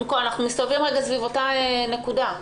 אנחנו מסתובבים סביב אותה נקודה.